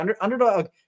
Underdog